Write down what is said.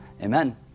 amen